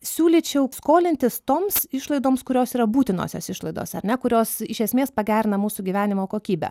siūlyčiau skolintis toms išlaidoms kurios yra būtinosios išlaidos ar ne kurios iš esmės pagerina mūsų gyvenimo kokybę